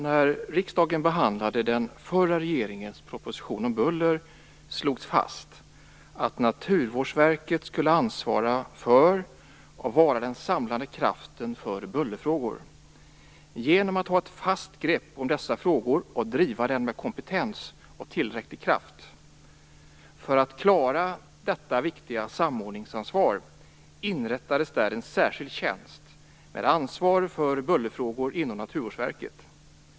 När riksdagen behandlade den förra regeringens proposition om buller slogs det fast att Naturvårdsverket skulle ansvara för, och vara den samlande kraften för bullerfrågor genom att ta ett fast grepp om dessa frågor och driva dem med kompetens och tillräcklig kraft. För att klara detta viktiga samordningsansvar inrättades en särskild tjänst inom Naturvårdsverket med ansvar för bullerfrågor.